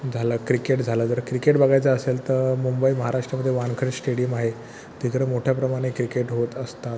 झालं क्रिकेट झालं जर क्रिकेट बघायचं असेल तर मुंबई महाराष्ट्रामध्ये वानखेडे श्टेडियम आहे तिकडं मोठ्याप्रमाणे क्रिकेट होत असतात